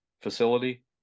facility